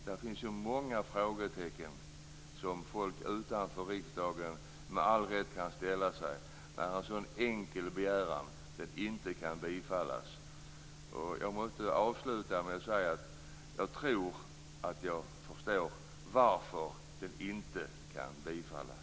Där finns många frågor som folk utanför riksdagen med all rätt ställer när en så enkel begäran inte bifalles. Jag tror att jag förstår varför den inte bifalles.